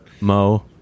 Mo